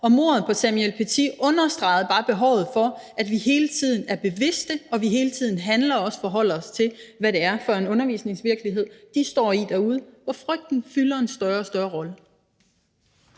Mordet på Samuel Paty understregede bare behovet for, at vi hele tiden er bevidste, og at vi hele tiden handler og også forholder os til, hvad det er for en undervisningsvirkelighed, lærerne står i derude, hvor frygten spiller en større og større rolle.